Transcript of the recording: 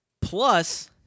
Plus